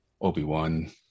Obi-Wan